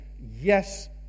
yes